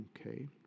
okay